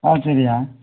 ஆ சரிய்யா